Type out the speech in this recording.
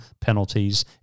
penalties